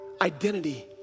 identity